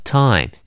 time